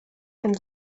and